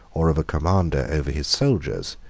or of a commander over his soldiers,